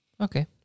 Okay